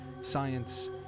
science